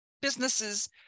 businesses